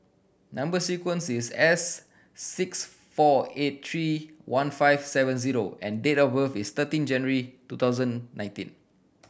number sequence is S six four eight three one five seven zero and date of birth is thirteen January two thousand nineteen